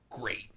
great